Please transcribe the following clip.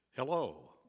Hello